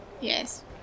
Yes